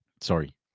sorry